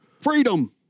Freedom